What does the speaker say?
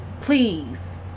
please